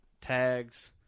tags